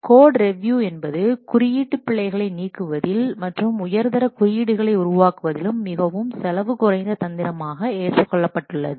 code review என்பது குறியீட்டு பிழைகளை நீக்குவதில் மற்றும் உயர்தர குறியீடுகளை உருவாக்குவதிலும் மிகவும் செலவு குறைந்த தந்திரமாக ஏற்றுக்கொள்ளப்பட்டுள்ளது